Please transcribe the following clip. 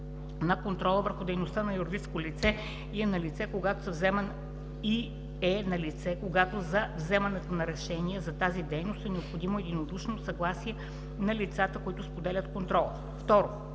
на контрола върху дейността на юридическо лице и е налице, когато за вземането на решения за тази дейност е необходимо единодушно съгласие на лицата, които споделят контрола.“ 2.